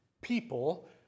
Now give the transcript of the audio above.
people